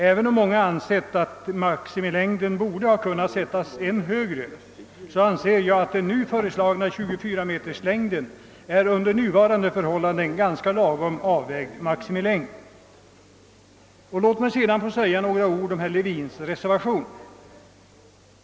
Även om många ansett att maximilängden borde ha kunnat ökas ytterligare, så tycker jag att den föreslagna längden, 24 meter, under nuvarande förhållanden är ganska lagom avvägd. Låt mig sedan få säga några ord om herr Levins reservation.